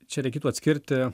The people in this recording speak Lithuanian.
čia reikėtų atskirti